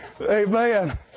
Amen